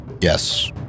Yes